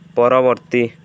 ପରବର୍ତ୍ତୀ